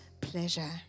pleasure